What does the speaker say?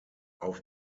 auf